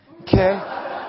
okay